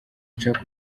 nshaka